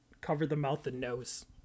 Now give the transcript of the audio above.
cover-the-mouth-and-nose